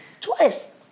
twice